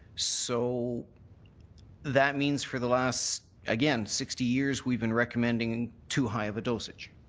so that means for the last again, sixty years we've been recommending too high of a dosage?